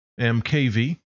MKV